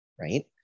Right